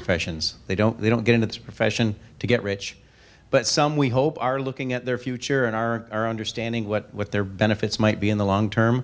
professions they don't they don't get into this profession to get rich but some we hope are looking at their future and our understanding what their benefits might be in the long term